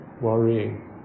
worrying